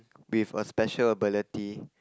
with a special ability